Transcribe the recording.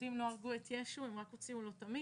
היהודים לא הרגו את ישו, הם רק הוציאו לו את המיץ?